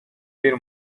bir